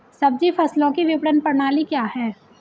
सब्जी फसलों की विपणन प्रणाली क्या है?